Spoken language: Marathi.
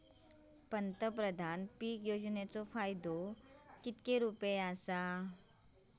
पंतप्रधान पीक योजनेचो फायदो किती रुपये आसा?